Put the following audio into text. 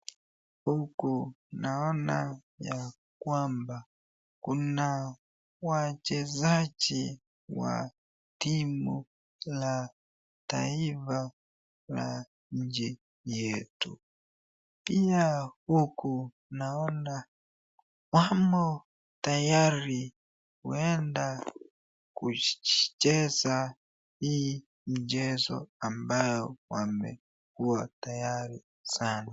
Huku naona ya kwamba kuna wachezaji wa timu la taifa la nchi yetu. Pia huku naona wamo tayari kuenda kucheza hii mchezo ambayo wamekuwa tayari sana.